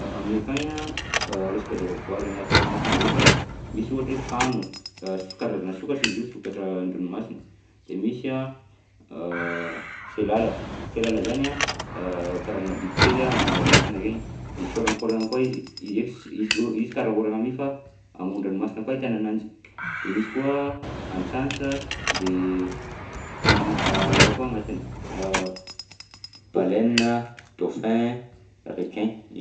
A- aminay akagny a resaka zavaboary agnaty ranomasina zay eka: misy ohatra hoe fano so- karazana sokatra izy io, sokatra an-dranomasina; de misy a selala, selala zany a karazana biby kely a amoron-dranomasina akegny, de sy ôrankôragna koa izy, izy eky s- izy ô- izy karaha ôragna mi fa amoron-dranomasina koa ahitana ananjy. De misy koa antsantsa, de tanal- raha koa agnatiny baleine, dauphin, requin.